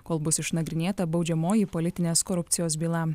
kol bus išnagrinėta baudžiamoji politinės korupcijos byla